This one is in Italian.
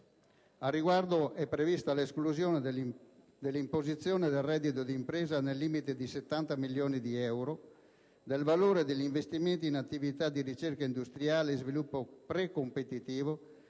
Al riguardo, è prevista l'esclusione dell'imposizione del reddito di impresa, nel limite di 70 milioni di euro, del valore degli investimenti in attività di ricerca industriale e sviluppo precompetitivo,